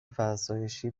فرسایشی